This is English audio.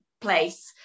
place